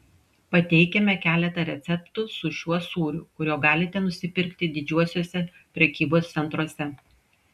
pateikiame keletą receptų su šiuo sūriu kurio galite nusipirkti didžiuosiuose prekybos centruose